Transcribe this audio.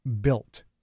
built